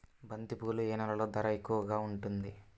బంతిపూలు ఏ నెలలో ధర ఎక్కువగా ఉంటుంది?